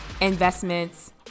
investments